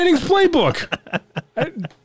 Playbook